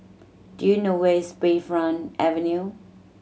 do you know where is Bayfront Avenue